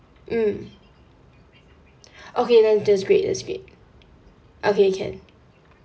mm okay then that's great that's great okay can